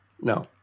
No